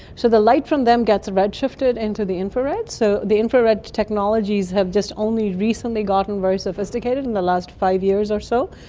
so the light from them gets red-shifted into the infrared, so the infrared technologies have just only recently gotten very sophisticated sophisticated in the last five years or so.